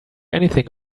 anything